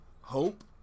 hope